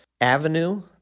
avenue